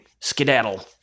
skedaddle